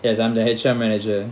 cause I'm the H_R manager